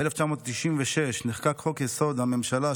ב-1996 נחקק חוק-יסוד: הממשלה,